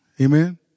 Amen